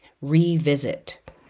revisit